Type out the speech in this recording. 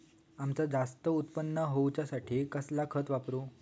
अम्याचा जास्त उत्पन्न होवचासाठी कसला खत वापरू?